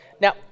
Now